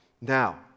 Now